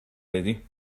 بدی